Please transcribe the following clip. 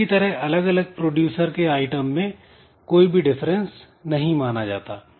इसी तरह अलग अलग प्रोड्यूसर के आइटम में कोई भी डिफरेंस नहीं माना जाता है